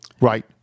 Right